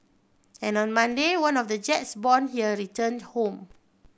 and on Monday one of the jets born here returned home